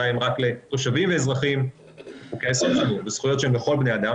אולי רק לתושבים ואזרחים וזכויות שהן לכל בני האדם.